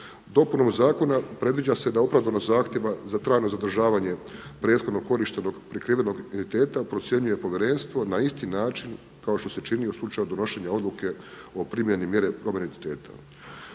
Dopunom zakona predviđa se da opravdanost zahtjeva za trajno zadržavanje prethodno korištenog prikrivenog identiteta procjenjuje povjerenstvo na isti način kao što se čini u slučaju donošenja odluke o primjeni mjere promjene identiteta.